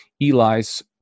Eli's